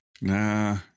Nah